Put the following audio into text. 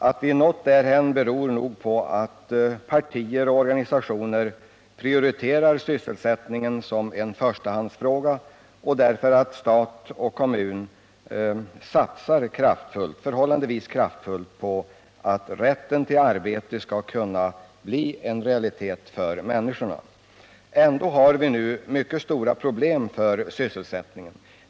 Att vi nått därhän beror nog på att partier och organisationer prioriterar sysselsättningen som en förstahandsfråga och på att stat och kommun satsar förhållandevis kraftfullt på att rätten till arbete skall kunna bli en realitet för människorna. Ändå har vi nu mycket stora problem för sysselsättningen.